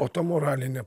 o ta moralinė